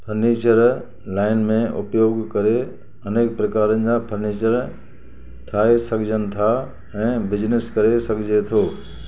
furniture line में उपयोगु करे अनेक प्रकारनि जा फ़र्नीचर ठाहे सघजनि था ऐं बिजनिस करे सघिजे थो